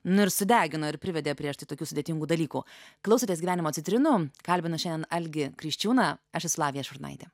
nu ir sudegino ir privedė prie štai tokių sudėtingų dalykų klausotės gyvenimo citrinų kalbinu šiandien algį kriščiūną aš esu lavija šurnaitė